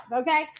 Okay